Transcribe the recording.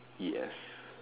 yes